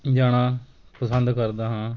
ਜਾਣਾ ਪਸੰਦ ਕਰਦਾ ਹਾਂ